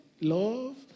Love